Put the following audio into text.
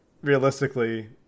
realistically